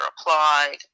applied